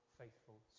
faithful